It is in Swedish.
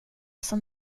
som